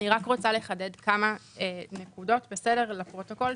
אני רוצה לחדד כמה נקודות, לפרוטוקול.